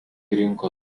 rinko